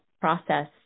process